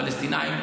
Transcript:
הפלסטינים,